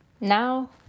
Now